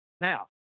Now